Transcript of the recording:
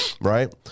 right